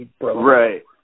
Right